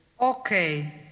Okay